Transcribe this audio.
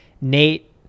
Nate